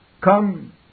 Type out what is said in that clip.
Come